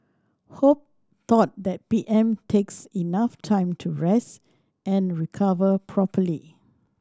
hope though that P M takes enough time to rest and recover properly